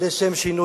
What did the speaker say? לשם שינוי.